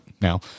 now